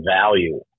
value